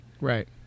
Right